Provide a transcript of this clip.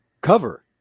cover